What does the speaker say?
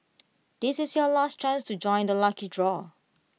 this is your last chance to join the lucky draw